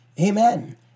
Amen